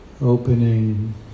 opening